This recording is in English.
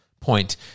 point